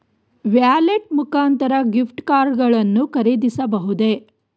Wallet ಮುಖಾಂತರ gift card ಗಳನ್ನು ಖರೀದಿಸಬಹುದೇ?